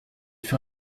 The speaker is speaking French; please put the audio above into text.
fut